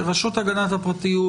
רשות הגנת הפרטיות,